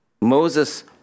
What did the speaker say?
Moses